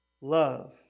love